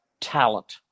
talent